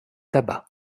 tabac